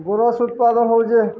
ଗୋରସ ଉତ୍ପାଦନ ହଉଛେ